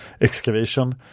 Excavation